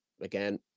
again